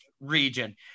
region